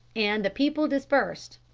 and the people dispersed.